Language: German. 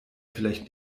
vielleicht